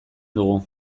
dugu